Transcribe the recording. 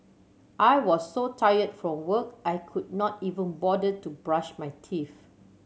I was so tired from work I could not even bother to brush my teeth